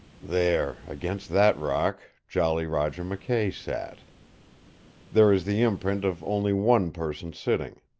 there, against that rock, jolly roger mckay sat there is the imprint of only one person sitting.